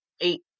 eight